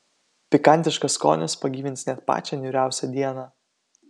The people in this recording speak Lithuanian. pikantiškas skonis pagyvins net pačią niūriausią dieną